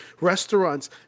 restaurants